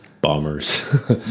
Bombers